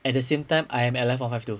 at the same time I am L_F one five two